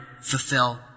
fulfill